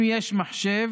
אם יש מחשב,